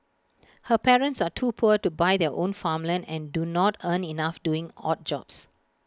her parents are too poor to buy their own farmland and do not earn enough doing odd jobs